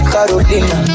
Carolina